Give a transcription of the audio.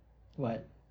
what